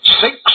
Six